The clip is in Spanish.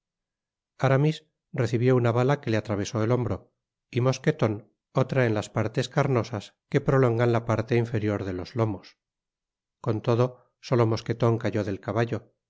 aramis recibió una bala que le atravesó el hombro y mosqueton otra en las partes carnosas que prolongan la parte inferior de los lomos con todo solo mosqueton cayó del caballo no